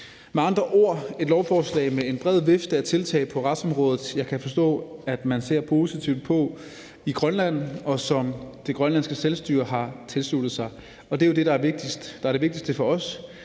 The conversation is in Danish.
Med andre ord er det et lovforslag med en bred vifte af tiltag på retsområdet, som jeg kan forstå at man ser positivt på i Grønland, og som det grønlandske selvstyre har tilsluttet sig. Og det er jo det, der er det vigtigste for os,